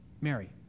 Mary